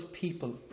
people